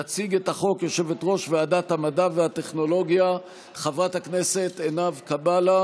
תציג את החוק יושבת-ראש ועדת המדע והטכנולוגיה חברת הכנסת עינב קאבלה,